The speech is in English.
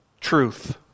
truth